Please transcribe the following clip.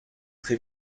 très